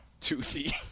Toothy